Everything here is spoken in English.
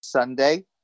Sunday